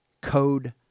Code